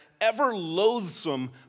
ever-loathsome